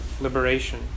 liberation